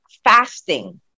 fasting